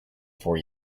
for